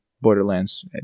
Borderlands